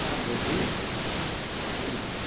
ତାହା ବୁଝି ପାରୁନାହୁଁ